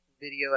video